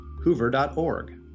hoover.org